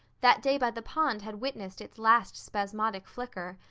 that day by the pond had witnessed its last spasmodic flicker.